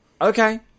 Okay